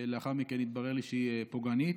שלאחר מכן התברר לי שהיא פוגענית.